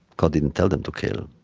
god didn't tell them to kill,